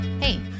Hey